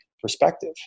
perspective